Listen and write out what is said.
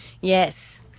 Yes